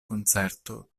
koncerto